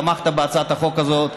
תמכת בהצעת החוק הזאת.